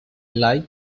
like